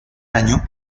año